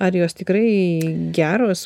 ar jos tikrai geros